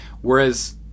whereas